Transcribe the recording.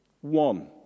One